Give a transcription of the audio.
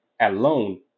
alone